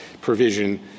provision